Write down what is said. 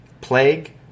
plague